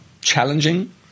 challenging